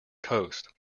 coast